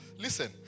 listen